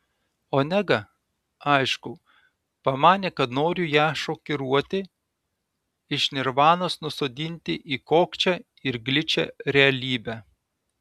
onega aišku pamanė kad noriu ją šokiruoti iš nirvanos nusodinti į kokčią ir gličią realybę